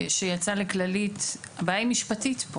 הבעיה פה היא משפטית.